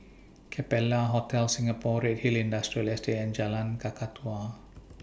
Capella Hotel Singapore Redhill Industrial Estate and Jalan Kakatua